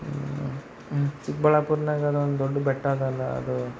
ಚಿಕ್ಕಬಳ್ಳಾಪುರ್ನಾಗ ಅದೊಂದು ದೊಡ್ಡ ಬೆಟ್ಟ ಅದಲ್ಲ ಅದು